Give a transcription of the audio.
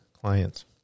clients